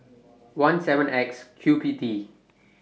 one seven X Q P T